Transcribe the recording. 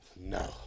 No